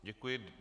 Děkuji.